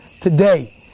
today